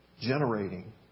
generating